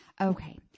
Okay